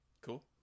Cool